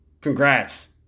Congrats